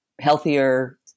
healthier